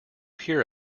hear